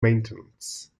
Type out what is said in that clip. maintenance